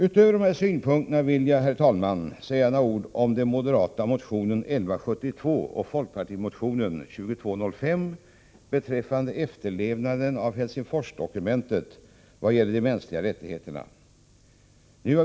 Utöver dessa synpunkter vill jag säga några ord om den moderata motionen 1172 och folkpartimotionen 2205 beträffande efterlevnaden av Helsingforsdokumentet i vad gäller de mänskliga rättigheterna.